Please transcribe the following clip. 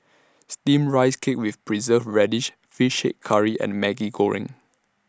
Steamed Rice Cake with Preserved Radish Fish Head Curry and Maggi Goreng